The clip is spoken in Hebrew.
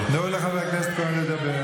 לא, מה לעשות, תצעקי